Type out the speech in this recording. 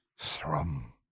Thrum